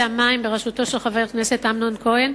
המים בראשותו של חבר הכנסת אמנון כהן,